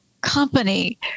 company